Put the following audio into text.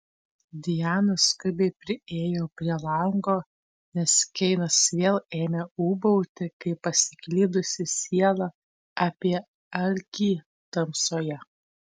diana skubiai priėjo prie lango nes keinas vėl ėmė ūbauti kaip pasiklydusi siela apie alkį tamsoje